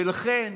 ולכן,